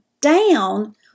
down